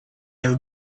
have